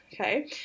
okay